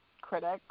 critics